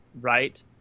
right